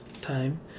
time